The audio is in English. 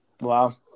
Wow